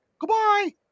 Goodbye